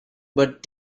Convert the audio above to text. but